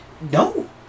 No